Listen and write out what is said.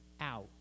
out